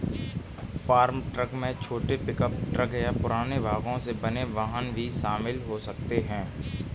farm truck में छोटे pickup truck या पुराने भागों से बने वाहन भी शामिल हो सकते हैं